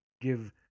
give